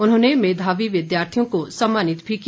उन्होंने मेघावी विद्यार्थियों को सम्मानित भी किया